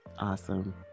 awesome